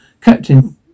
captain